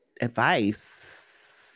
advice